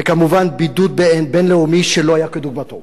וכמובן, בידוד בין-לאומי שלא היה כדוגמתו.